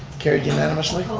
carried unanimously.